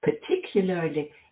particularly